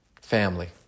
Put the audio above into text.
Family